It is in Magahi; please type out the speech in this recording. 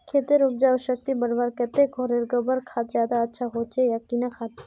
खेतेर उपजाऊ शक्ति बढ़वार केते घोरेर गबर खाद ज्यादा अच्छा होचे या किना खाद?